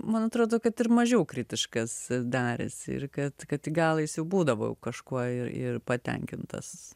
man atrodo kad ir mažiau kritiškas darėsi ir kad kad gal jis jau būdavau jau kažkuo ir ir patenkintas